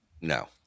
no